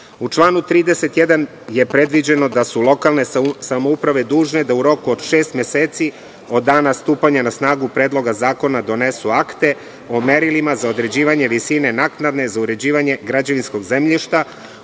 članu 31. je predviđeno da su lokalne samouprave dužne da u roku od šest meseci od dana stupanja na snagu Predloga zakona donesu akti o merilima za određivanje visine naknade za uređivanje građevinskog zemljišta,